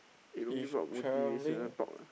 eh don't give up motivation ah talk lah